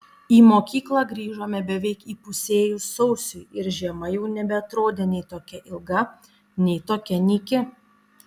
į mokyklą grįžome beveik įpusėjus sausiui ir žiema jau nebeatrodė nei tokia ilga nei tokia nyki